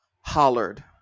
hollered